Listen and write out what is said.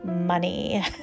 money